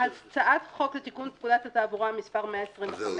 הצעת חוק לתיקון פקודת התעבורה מס' 125